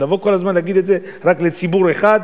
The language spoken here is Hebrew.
לבוא כל הזמן ולהגיד את זה רק לציבור אחד,